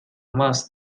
más